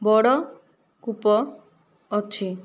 ବଡ଼ କୂପ ଅଛି